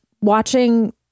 watching